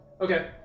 Okay